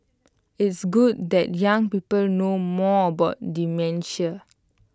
it's good that young people know more about dementia